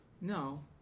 No